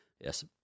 Yes